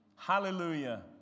Hallelujah